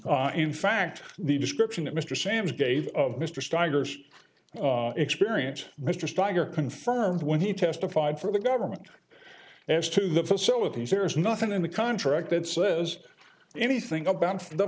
in fact the description that mr sam's gave of mr steiger's experience mr steiger confirmed when he testified for the government as to the facilities there's nothing in the contract that says anything about the